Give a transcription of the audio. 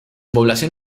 población